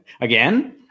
Again